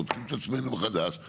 בודקים את עצמנו מחדש.